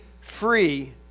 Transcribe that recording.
free